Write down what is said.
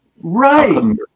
Right